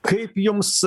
kaip jums